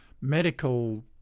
medical